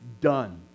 done